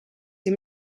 dem